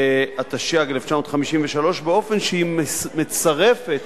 התשי"ג 1953, באופן שהיא מצרפת